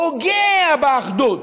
פוגע באחדות.